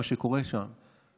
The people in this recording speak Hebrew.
מה שקורה שם,